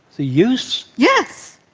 the use? yes.